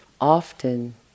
Often